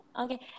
okay